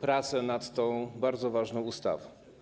pracę nad tą bardzo ważną ustawą.